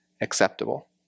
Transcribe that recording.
acceptable